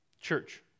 Church